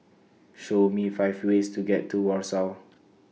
Show Me five ways to get to Warsaw